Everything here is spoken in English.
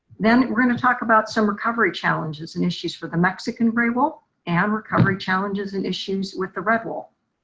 then we're gonna talk about some recovery challenges and issues for the mexican gray wolf and recovery challenges and issues with the red wolf.